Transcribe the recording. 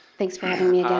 thanks for having me